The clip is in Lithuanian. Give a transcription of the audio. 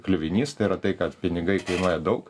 kliuvinys tai yra tai kad pinigai kainuoja daug